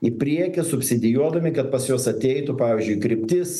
į priekį subsidijuodami kad pas juos ateitų pavyzdžiui kryptis